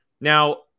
Now